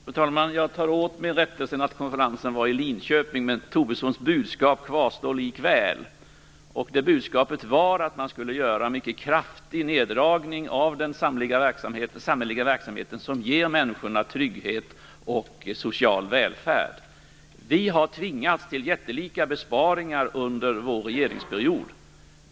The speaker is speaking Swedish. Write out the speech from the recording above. Fru talman! Jag tar åt mig rättelsen att konferensen var i Linköping. Men Tobissons budskap kvarstår likväl. Det budskapet var att man skulle göra en mycket kraftig neddragning av den samhälleliga verksamhet som ger människor trygghet och social välfärd. Vi har tvingats till jättelika besparingar under vår regeringsperiod.